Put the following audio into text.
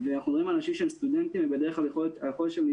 ואנחנו מדברים על אנשים שהם סטודנטים והיכולת שלהם